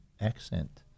accent